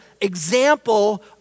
example